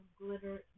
glitter